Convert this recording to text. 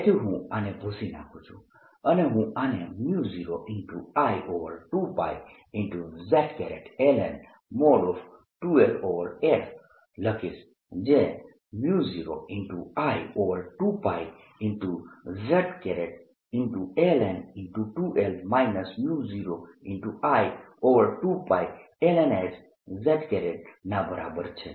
તેથી હું આને ભૂંસી નાખુ છું અને હું આને 0I2π z ln |2Ls લખીશ જે 0I2π z ln 2L 0I2πln s z ના બરાબર છે